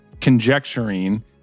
conjecturing